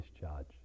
discharge